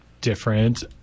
different